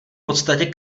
podstatě